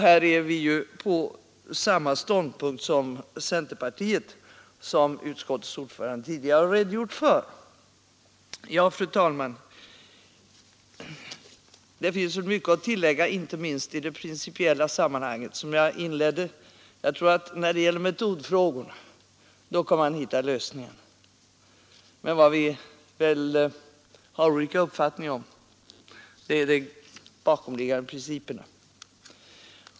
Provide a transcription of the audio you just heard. Där intar vi samma ståndpunkt som centerpartiet; utskottets ordförande har tidigare redogjort för den. Fru talman! Det finns mycket att tillägga inte minst i det principiella sammanhanget. När det gäller metodfrågorna kan man hitta lösningar, men vad vi har olika uppfattning om är de bakomliggande principerna.